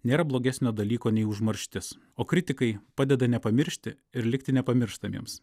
nėra blogesnio dalyko nei užmarštis o kritikai padeda nepamiršti ir likti nepamirštamiems